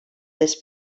this